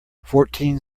fourteen